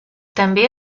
també